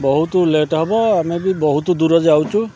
ବହୁତ ଲେଟ୍ ହେବ ଆମେ ବି ବହୁତ ଦୂର ଯାଉଛୁ